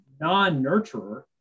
non-nurturer